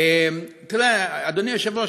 אדוני היושב-ראש,